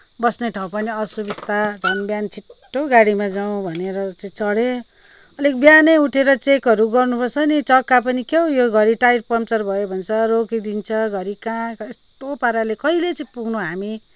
बस्ने ठाउँ पनि असुविस्ता झन् बिहान छिटो गाडीमा जाउँ भनेर चाहिँ चढेँ अलिक बिहानै उठेर चेकहरू गर्नु पर्छ नि चक्का पनि क्या हो यो घरि टायर पङ्चर भयो भन्छ रोकिदिन्छ घरी कहाँ यस्तो पाराले कहिले चाहिँ पुग्नु हामी